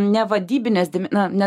nevadybines na ne